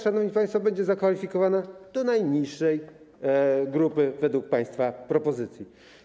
Szanowni państwo, teraz będzie zakwalifikowana do najniższej grupy według państwa propozycji.